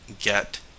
get